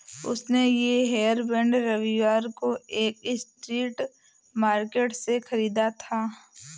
उसने ये हेयरबैंड रविवार को एक स्ट्रीट मार्केट से खरीदा था